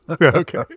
okay